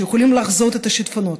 שיכולים לחזות את השיטפונות.